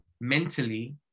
mentally